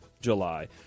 July